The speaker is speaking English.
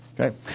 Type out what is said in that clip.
Okay